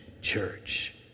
church